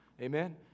Amen